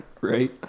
Right